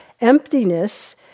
emptiness